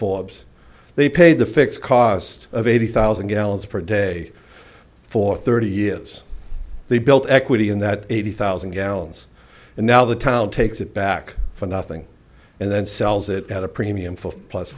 forbes they pay the fixed cost of eighty thousand gallons per day for thirty years they built equity in that eighty thousand gallons and now the town takes it back for nothing and then sells it at a premium